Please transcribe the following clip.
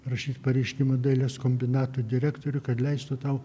rašyt pareiškimą dailės kombinato direktoriui kad leistų tau